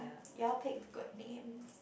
ya you all picked good names